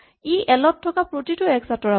ই এল ত থকা প্ৰতিটো এক্স আঁতৰাব